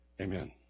Amen